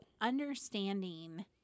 understanding